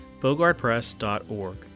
bogardpress.org